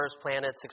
planets